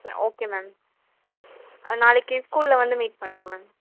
okay ma'am நாளைக்கு ஸ்கூலில் வந்து மீட் பண்றோம் மேம்